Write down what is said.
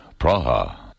Praha